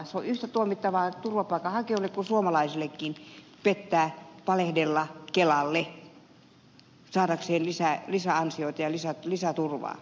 se on yhtä tuomittavaa turvapaikanhakijoille kuin suomalaisillekin pettää valehdella kelalle saadakseen lisäansioita ja lisäturvaa